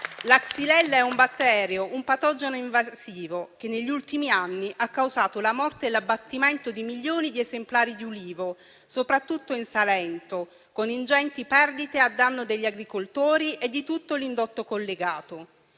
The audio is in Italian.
La xylella è un batterio, un patogeno invasivo che negli ultimi anni ha causato la morte e l'abbattimento di milioni di esemplari di ulivo, soprattutto in Salento, con ingenti perdite a danno degli agricoltori e di tutto l'indotto collegato.